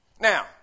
Now